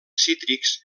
cítrics